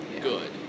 good